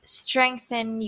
strengthen